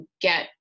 get